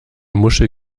muschel